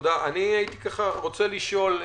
הייתי רוצה לשאול,